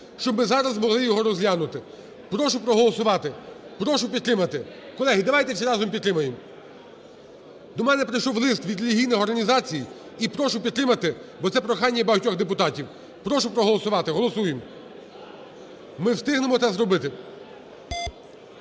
щоб ми зараз могли його розглянути. Прошу проголосувати. Прошу підтримати. Колеги, давайте, всі разом підтримаємо. До мене прийшов лист від релігійних організацій і прошу підтримати, бо це прохання багатьох депутатів. Прошу проголосувати. Голосуємо. Ми встигнемо це зробити.